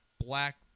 black